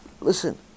Listen